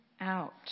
out